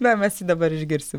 na mes jį dabar išgirsim